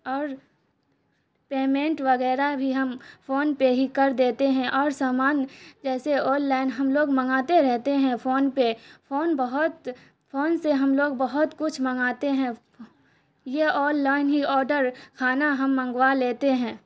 اور پیمنٹ وغیرہ بھی ہم فون پہ ہی کر دیتے ہیں اور سامان جیسے آن لائن ہم لوگ منگاتے رہتے ہیں فون پہ فون بہت فون سے ہم لوگ بہت کچھ منگاتے ہیں یہ آن لائن ہی آڈر کھانا ہم منگوا لیتے ہیں